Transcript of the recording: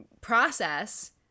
process